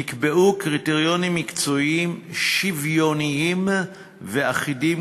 נקבעו קריטריונים מקצועיים שוויוניים ואחידים,